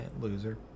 loser